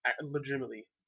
legitimately